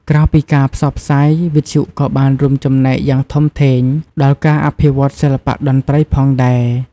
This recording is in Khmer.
ក្រៅពីការផ្សព្វផ្សាយ វិទ្យុក៏បានរួមចំណែកយ៉ាងធំធេងដល់ ការអភិវឌ្ឍសិល្បៈតន្ត្រី ផងដែរ។